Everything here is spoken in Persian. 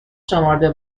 شمرده